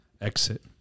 exit